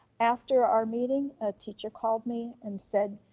after our meeting a teacher called me and said,